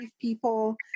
people